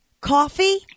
Coffee